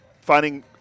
finding